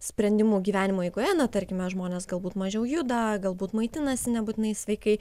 sprendimų gyvenimo eigoje na tarkime žmonės galbūt mažiau juda galbūt maitinasi nebūtinai sveikai